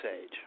age